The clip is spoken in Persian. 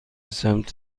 سمت